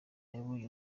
yabonye